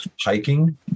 hiking